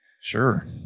Sure